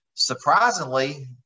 Surprisingly